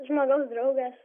žmogaus draugas